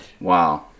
Wow